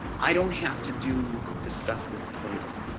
i don't have to do the stuff with play-doh. a